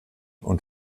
und